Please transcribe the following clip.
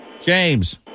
James